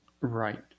Right